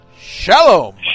shalom